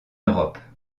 europe